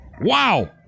Wow